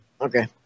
okay